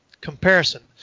comparison